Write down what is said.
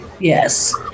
Yes